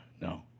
no